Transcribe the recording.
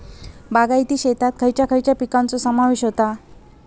बागायती शेतात खयच्या खयच्या पिकांचो समावेश होता?